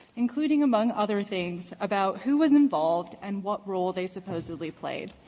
including among other things about who was involved and what role they supposedly played.